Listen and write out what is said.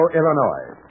Illinois